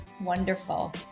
Wonderful